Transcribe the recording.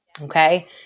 Okay